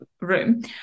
room